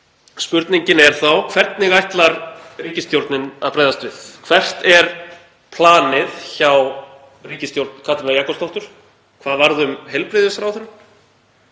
Spurningin er þá: Hvernig ætlar ríkisstjórnin að bregðast við? Hvert er planið hjá ríkisstjórn Katrínar Jakobsdóttur? Hvað varð um heilbrigðisráðherra?